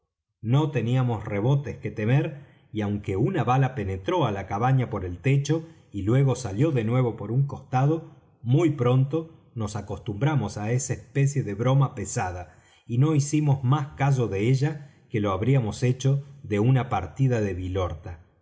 no teníamos rebotes que temer y aunque una bala penetró á la cabaña por el techo y luego salió de nuevo por un costado muy pronto nos acostumbramos á esa especie de broma pesada y no hicimos más caso de ella que lo habríamos hecho de una partida de vilorta